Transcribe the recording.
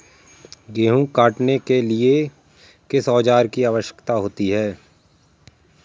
गेहूँ काटने के लिए किस औजार की आवश्यकता होती है?